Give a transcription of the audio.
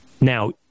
Now